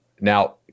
Now